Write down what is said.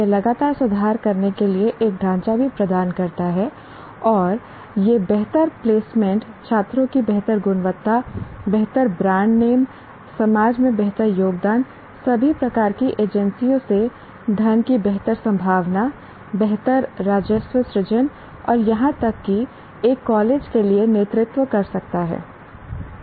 यह लगातार सुधार करने के लिए एक ढांचा भी प्रदान करता है और यह बेहतर प्लेसमेंट छात्रों की बेहतर गुणवत्ता बेहतर ब्रांड नाम समाज में बेहतर योगदान सभी प्रकार की एजेंसियों से धन की बेहतर संभावना बेहतर राजस्व सृजन और यहां तक कि एक कॉलेज के लिए नेतृत्व कर सकता है